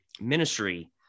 ministry